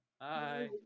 Hi